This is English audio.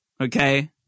okay